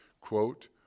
quote